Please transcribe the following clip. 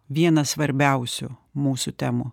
viena svarbiausių mūsų temų